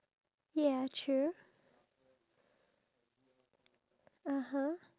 he um explain to us why his videos are only